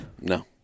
no